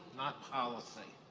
not policy